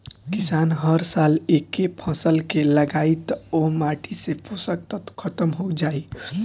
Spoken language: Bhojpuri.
किसान हर साल एके फसल के लगायी त ओह माटी से पोषक तत्व ख़तम हो जाई